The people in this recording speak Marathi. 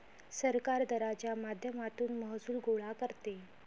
सरकार दराच्या माध्यमातून महसूल गोळा करते